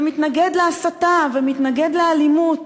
ומתנגד להסתה ומתנגד לאלימות.